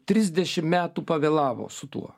trisdešim metų pavėlavo su tuo